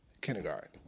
Kindergarten